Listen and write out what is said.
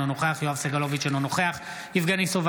אינו נוכח יואב סגלוביץ' אינו נוכח יבגני סובה,